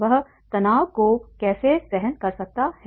वह तनाव को कैसे सहन कर सकता है